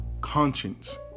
conscience